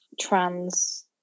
trans